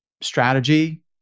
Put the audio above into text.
strategy